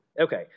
Okay